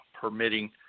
permitting